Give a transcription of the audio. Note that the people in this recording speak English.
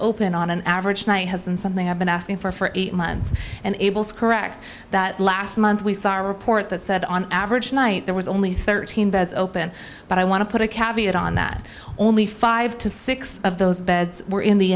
open on an average night has been something i've been asking for for eight months and abel's correct that last month we saw a report that said on average night there was only thirteen beds open but i want to put a caveat on that only five to six of those beds were in the